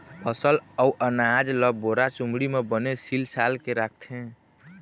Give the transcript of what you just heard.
फसल अउ अनाज ल बोरा, चुमड़ी म बने सील साल के राखथे